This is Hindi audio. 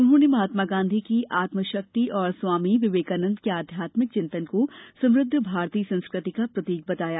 उन्होंने महात्मा गाँधी की आत्म शक्ति और स्वामी विवेकानंद के आध्यात्मिक चिंतन को समृद्ध भारतीय संस्कृति का प्रतीक बताया